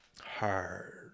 Hard